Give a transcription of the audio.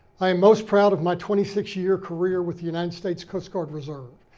i am most proud of my twenty six year career with the united states coast guard reserve.